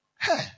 Hey